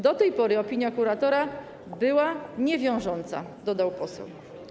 Do tej pory opinia kuratora była niewiążąca - dodał poseł.